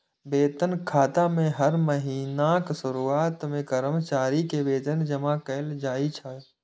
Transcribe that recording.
वेतन खाता मे हर महीनाक शुरुआत मे कर्मचारी के वेतन जमा कैल जाइ छै